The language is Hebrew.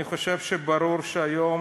אני חושב שברור שהיום